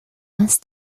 más